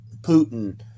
Putin